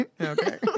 okay